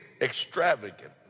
extravagant